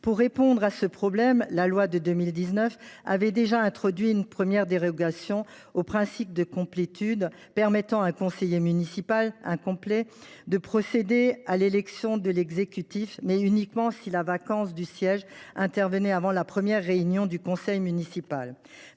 Pour répondre à ce problème, la loi de 2019 a déjà introduit une première dérogation au principe de complétude, permettant à un conseil municipal incomplet de procéder à l’élection de l’exécutif, mais uniquement si la vacance de sièges intervenait avant la première réunion du conseil municipal.